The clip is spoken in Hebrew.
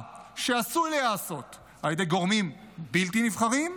שעשוי להיעשות על ידי גורמים בלתי נבחרים,